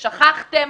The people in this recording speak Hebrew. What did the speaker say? ושכחתם: